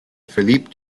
philippe